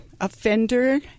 offender